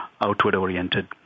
outward-oriented